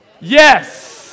Yes